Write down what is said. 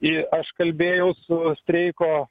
ir aš kalbėjau su streiko